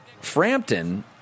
Frampton